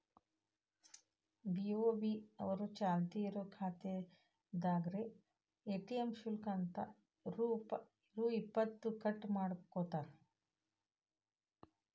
BOB ಅವರು ಚಾಲ್ತಿ ಇರೋ ಖಾತಾದಾರ್ರೇಗೆ ಎ.ಟಿ.ಎಂ ಶುಲ್ಕ ಅಂತ ರೊ ಇಪ್ಪತ್ತು ಕಟ್ ಮಾಡ್ಕೋತಾರ